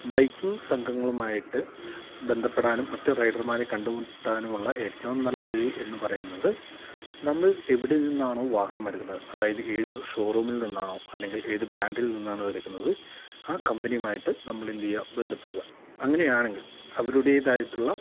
biking സംഘങ്ങളുമായിട്ട് ബന്ധപ്പെടാനും മറ്റു റൈഡർമാരെ കണ്ടുമുട്ടാനുമുള്ള ഏറ്റവും നല്ല വഴി എന്നു പറയുന്നത് നമ്മൾ എവിടെ നിന്നാണോ വാഹനം എടുക്കുന്നത് അതായത് ഏത് ഷോറൂമിൽ നിന്നാണോ അല്ലെങ്കിൽ ഏത് ബ്രാൻഡിൽ നിന്നാണോ എടുക്കുന്നത് ആ കമ്പനിയുമായിട്ട് നമ്മൾ എന്തു ചെയ്യുക ബന്ധപ്പെടുക അങ്ങനെയാണെങ്കിൽ അവരുടേതായിട്ടുള്ള